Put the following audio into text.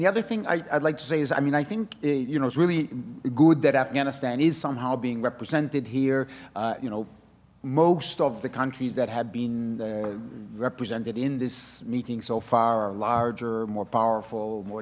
the other thing i'd like to say is i mean i think you know it's really good that afghanistan is somehow being represented here you know most of the countries that have been represented in this meeting so far are larger more powerful more